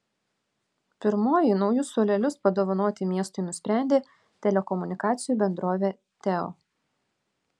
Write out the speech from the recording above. pirmoji naujus suolelius padovanoti miestui nusprendė telekomunikacijų bendrovė teo